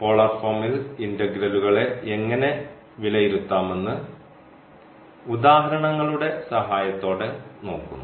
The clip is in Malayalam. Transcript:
പോളാർ ഫോമിൽ ഇന്റഗ്രലുകളെ എങ്ങനെ വിലയിരുത്താമെന്ന് ഉദാഹരണങ്ങളുടെ സഹായത്തോടെ നോക്കുന്നു